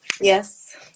Yes